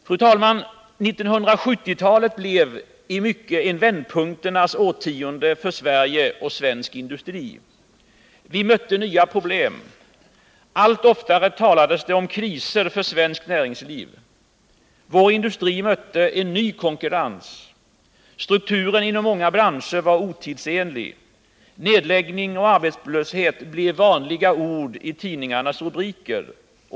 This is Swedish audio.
Fru talman! 1970-talet blev i mycket ett vändpunkternas årtionde för Sverige och för svensk industri. Vi mötte nya problem. Allt oftare talades det om kriser för svenskt näringsliv. Vår industri mötte en ”ny” konkurrens. Strukturen inom många branscher var otidsenlig. Nedläggning och arbetslöshet blev vanliga ord i tidningarnas rubriker.